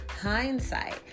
hindsight